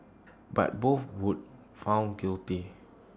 but both were found guilty